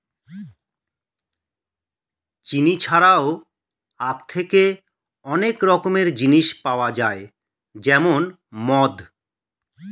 চিনি ছাড়াও আখ থেকে অনেক রকমের জিনিস পাওয়া যায় যেমন মদ